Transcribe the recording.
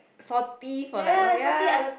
forty for like oh ya